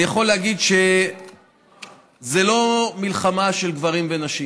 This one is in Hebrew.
אני יכול להגיד שזו לא מלחמה של גברים ונשים.